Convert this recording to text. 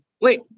wait